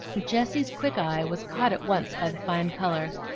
jessie's quick eye was caught at once by the fine color,